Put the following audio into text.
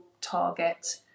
target